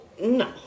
No